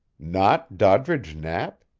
not doddridge knapp!